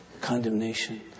condemnation